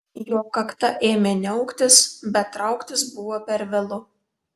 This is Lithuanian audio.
jo kakta ėmė niauktis bet trauktis buvo per vėlu